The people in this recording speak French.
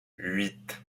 huit